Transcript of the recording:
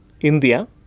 India